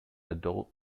adult